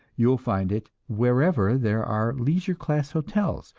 you will find it wherever there are leisure class hotels,